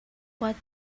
what